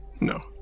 No